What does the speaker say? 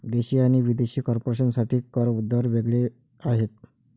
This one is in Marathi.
देशी आणि विदेशी कॉर्पोरेशन साठी कर दर वेग वेगळे आहेत